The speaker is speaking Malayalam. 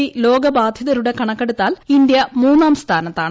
വി ലോകബാധിതരുടെ കണക്കെടുത്താൽ ഇന്ത്യ മൂന്നാം സ്ഥാനത്താണ്